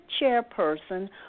chairperson